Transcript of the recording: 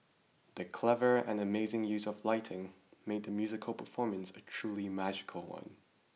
the clever and amazing use of lighting made the musical performance a truly magical one